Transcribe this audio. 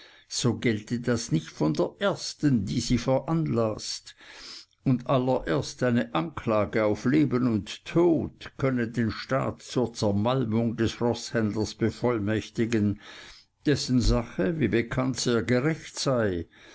so gelte das nicht von der ersten die sie veranlaßt und allererst seine anklage auf leben und tod könne den staat zur zermalmung des roßhändlers bevollmächtigen dessen sache wie bekannt sehr gerecht sei